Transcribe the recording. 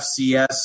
FCS